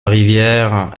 rivière